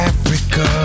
Africa